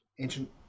ancient